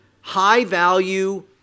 high-value